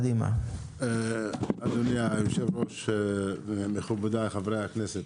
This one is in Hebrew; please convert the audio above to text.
אדוני היושב-ראש, מכובדיי חברי הכנסת,